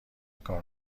کار